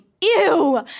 ew